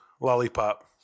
lollipop